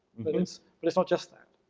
but it's but it's not just that.